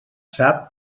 sap